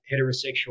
heterosexual